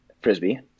Frisbee